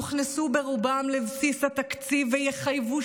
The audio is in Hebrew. יוכנסו ברובם לבסיס התקציב ויחייבו